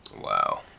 Wow